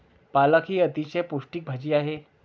पालक ही अतिशय पौष्टिक भाजी आहे